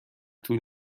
طول